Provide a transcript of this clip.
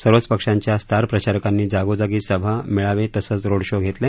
सर्वच पक्षांच्या स्टार प्रचारकांनी जागोजागी सभा मेळावे तसंच रोड शो घेतले